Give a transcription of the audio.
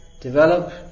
develop